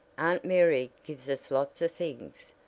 aunt mary gives us lots of things,